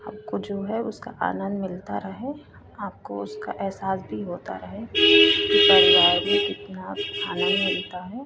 आपको जो है उसका आनन्द मिलता रहे आपको उसका एहसास भी होता रहे कि परिवार में कितना खाना मिलता है